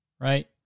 right